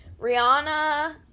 Rihanna